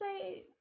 say